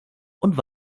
und